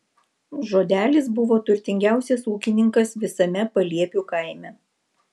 žodelis buvo turtingiausias ūkininkas visame paliepių kaime